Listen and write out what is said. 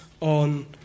on